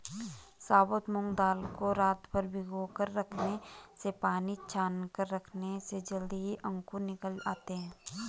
साबुत मूंग दाल को रातभर भिगोकर रखने से पानी छानकर रखने से जल्दी ही अंकुर निकल आते है